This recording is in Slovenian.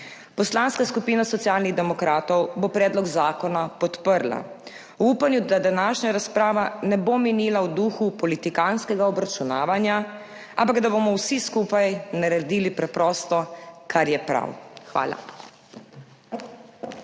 Poslanska skupina Socialnih demokratov bo predlog zakona podprla. V upanju, da današnja razprava ne bo minila v duhu politikantskega obračunavanja, ampak da bomo vsi skupaj preprosto naredili, kar je prav. Hvala.